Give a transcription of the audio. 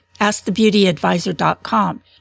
askthebeautyadvisor.com